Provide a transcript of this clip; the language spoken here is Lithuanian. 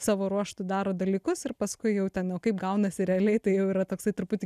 savo ruožtu daro dalykus ir paskui jau ten jau kaip gaunasi realiai tai jau yra toksai truputį